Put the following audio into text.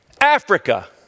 Africa